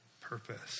purpose